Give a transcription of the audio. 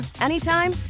anytime